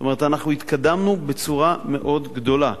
זאת אומרת, אנחנו התקדמנו בצורה מאוד גדולה.